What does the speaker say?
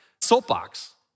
soapbox